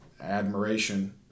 admiration